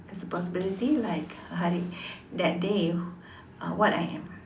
as a possibility like uh hari that day what uh I am